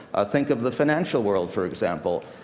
think of the financial world, for example.